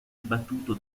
abbattuto